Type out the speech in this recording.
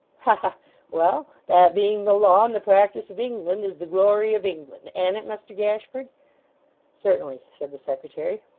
ha well! that being the law and the practice of england, is the glory of england, an't it, muster gashford certainly, said the secretary.